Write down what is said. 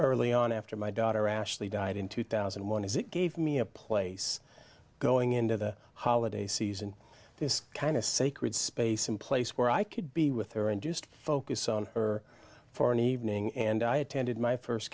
early on after my daughter ashley died in two thousand and one is it gave me a place going into the holiday season this kind of sacred space some place where i could be with her and just focus on her for an evening and i attended my